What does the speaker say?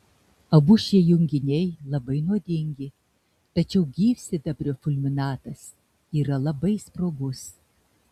abu šie junginiai labai nuodingi tačiau gyvsidabrio fulminatas yra labai sprogus